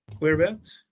whereabouts